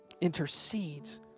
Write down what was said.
intercedes